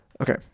Okay